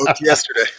Yesterday